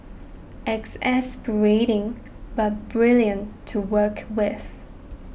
exasperating but brilliant to work with